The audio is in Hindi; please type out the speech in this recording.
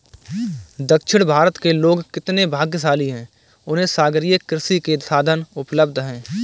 दक्षिण भारत के लोग कितने भाग्यशाली हैं, उन्हें सागरीय कृषि के साधन उपलब्ध हैं